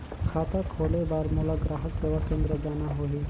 खाता खोले बार मोला ग्राहक सेवा केंद्र जाना होही?